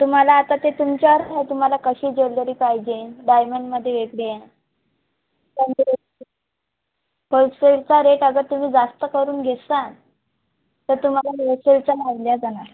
तुम्हाला आता ते तुमच्यावर आहे तुम्हाला कशी ज्वेलरी पाहिजे डायमंडमध्ये वेगळी आहे होलसेलचा रेट अगर तुम्ही जास्त करून घेसान तर तुम्हाला होलसेलचा भाव दिला जाणार